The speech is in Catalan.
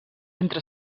entre